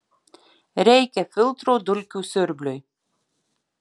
reikia filtro dulkių siurbliui